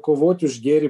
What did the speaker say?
kovoti už gėrį